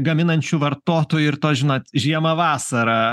gaminančių vartotojų ir to žinot žiemą vasarą